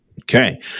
Okay